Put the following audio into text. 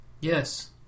Yes